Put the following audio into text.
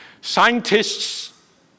Scientists